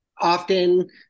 often